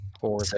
Four